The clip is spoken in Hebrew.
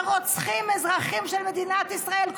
ורוצחים אזרחים של מדינת ישראל,